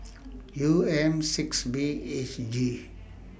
U M six B H G